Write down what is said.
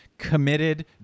committed